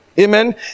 Amen